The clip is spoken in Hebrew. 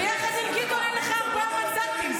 ביחד עם גדעון אין לך ארבעה מנדטים.